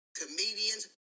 comedians